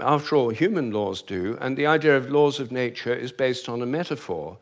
after all, human laws do, and the idea of laws of nature is based a metaphor